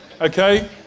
Okay